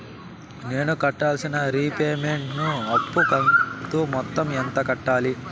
నేను కట్టాల్సిన రీపేమెంట్ ను అప్పు కంతు మొత్తం ఎంత కట్టాలి?